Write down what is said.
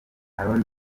aaron